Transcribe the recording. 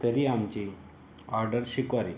तरी आमची ऑर्डर शिकारावी